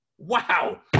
Wow